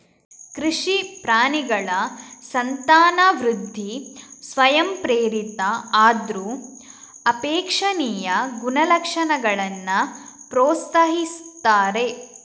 ಕೃಷಿ ಪ್ರಾಣಿಗಳ ಸಂತಾನವೃದ್ಧಿ ಸ್ವಯಂಪ್ರೇರಿತ ಆದ್ರೂ ಅಪೇಕ್ಷಣೀಯ ಗುಣಲಕ್ಷಣಗಳನ್ನ ಪ್ರೋತ್ಸಾಹಿಸ್ತಾರೆ